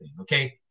Okay